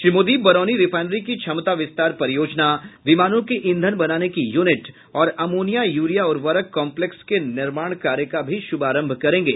Shri Modi Barauni refinery की क्षमता विस्तार परियोजना विमानों के ईंधन बनाने की यूनिट और अमोनिया यूरिया उर्वरक कॉम्प्लेक्स के निर्माण कार्य का भी श्रभारंभ करेंगे